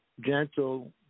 Gentle